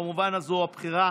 כמובן שהבחירה